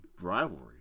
rivalry